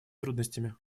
трудностями